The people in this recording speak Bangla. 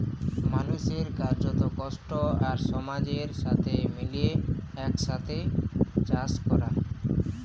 মালুসের কার্যত, কষ্ট আর সমাজের সাথে মিলে একসাথে চাস ক্যরা